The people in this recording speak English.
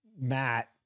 Matt